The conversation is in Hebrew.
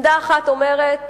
עמדה אחת שאומרת,